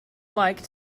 like